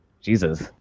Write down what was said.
Jesus